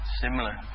similar